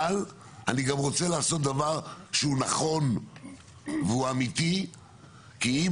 אבל אני גם רוצה לעשות דבר שהוא נכון והוא אמיתי כי אם